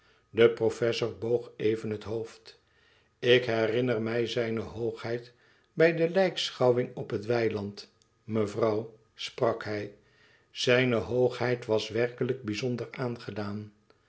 de professor boog even het hoofd ik herinner mij zijne hoogheid bij de lijkschouwing op het weiland mevrouw sprak hij zijne hoogheid wàs werkelijk bizonder aangedaan